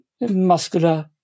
muscular